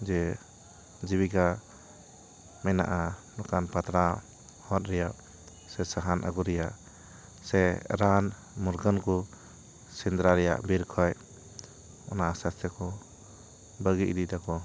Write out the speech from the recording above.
ᱡᱮ ᱡᱤᱵᱤᱠᱟ ᱢᱮᱱᱟᱜᱼᱟ ᱱᱚᱠᱟᱱ ᱯᱟᱛᱲᱟ ᱦᱚᱫ ᱨᱮᱭᱟᱜ ᱥᱮ ᱥᱟᱦᱟᱱ ᱟᱹᱜᱩ ᱨᱮᱭᱟᱜ ᱥᱮ ᱨᱟᱱ ᱢᱩᱨᱜᱟᱹᱱ ᱠᱚ ᱥᱮᱸᱫᱽᱨᱟ ᱨᱮᱭᱟᱜ ᱵᱤᱨ ᱠᱷᱚᱡ ᱚᱱᱟ ᱟᱥᱛᱮ ᱟᱥᱛᱮ ᱠᱚ ᱵᱟᱹᱜᱤ ᱤᱫᱤᱭᱮᱫᱟ ᱠᱚ